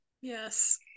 Yes